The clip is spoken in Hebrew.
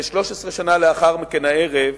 13 שנה לאחר מכן, הערב,